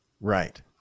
right